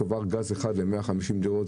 צוואר גז אחד ל-150 דירות,